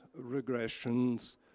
regressions